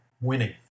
winning